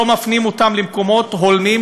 לא מפנים אותם למקומות הולמים,